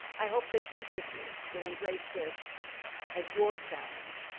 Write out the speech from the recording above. i hope that each of you will embrace this as your challenge.